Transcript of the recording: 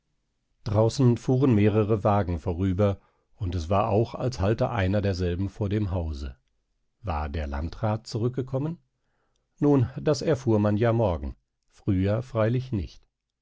draußen fuhren mehrere wagen vorüber und es war auch als halte einer derselben vor dem hause war der landrat zurückgekommen nun das erfuhr man ja morgen früher freilich nicht